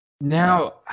Now